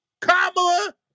Kamala